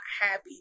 happy